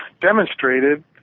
demonstrated